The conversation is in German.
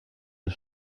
des